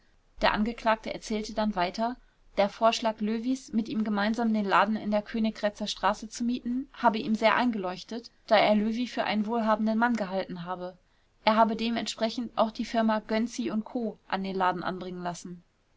der angeklagte erzählte dann weiter der vorschlag löwys mit ihm gemeinsam den laden in der königgrätzer straße zu mieten habe ihm sehr eingeleuchtet da er löwy für einen wohlhabenden mann gehalten habe er habe dementsprechend auch die firma gönczi u co an den laden anbringen lassen